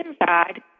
inside